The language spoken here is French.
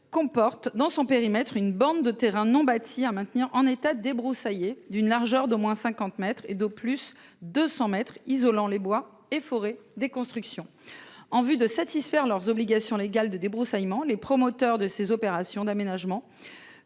Comporte dans son périmètre une bande de terrains non bâtis à maintenir en état débroussailler d'une largeur d'au moins 50 mètres et d'au plus 200 mètres isolant les bois et forêts, des constructions en vue de satisfaire leurs obligations légales de débroussaillement les promoteurs de ces opérations d'aménagement